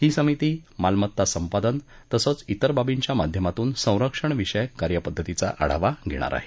ही समिती मालमत्ता संपादन तसंच त्रिर बाबींच्या माध्यमातून संरक्षण विषयक कार्यपद्धतीचा आढावा घेणार आहे